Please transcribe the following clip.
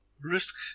risk